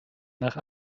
nach